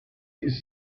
ist